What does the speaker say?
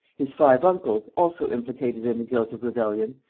his five uncles, also implicated in the guilt of rebellion,